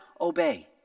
obey